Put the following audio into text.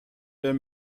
der